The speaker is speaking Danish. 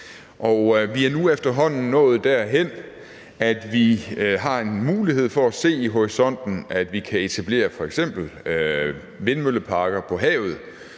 Vi er nu efterhånden nået derhen, hvor vi har en mulighed for at se i horisonten, at vi kan etablere f.eks. vindmølleparker på havet,